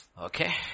Okay